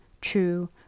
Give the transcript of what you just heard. true